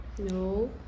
No